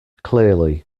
clearly